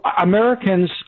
Americans